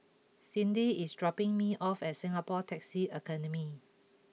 Cindy is dropping me off at Singapore Taxi Academy